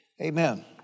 Amen